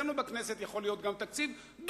אצלנו בכנסת יכול להיות גם תקציב דו-שנתי.